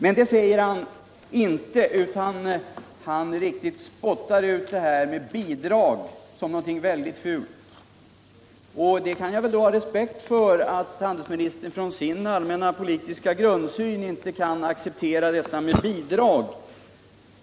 Men det gör handelsministern inte, utan han riktigt spottar ur sig ordet bidrag som något väldigt fult. Jag kan väl ha respekt för att handelsministern från sin allmänna politiska grundsyn inte vill acceptera principen om bidrag.